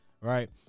right